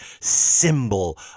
symbol